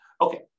Okay